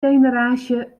generaasje